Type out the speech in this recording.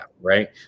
right